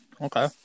Okay